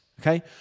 okay